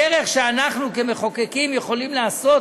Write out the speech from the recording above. הדרך שאנחנו כמחוקקים יכולים לעשות,